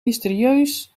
mysterieus